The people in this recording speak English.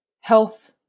health